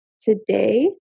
today